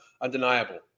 undeniable